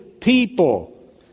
people